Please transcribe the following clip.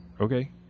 okay